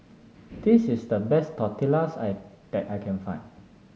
this is the best Tortillas I that I can find